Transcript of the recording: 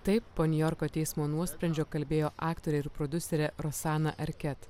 taip po niujorko teismo nuosprendžio kalbėjo aktorė ir prodiuserė rosana arket